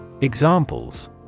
Examples